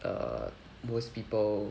err most people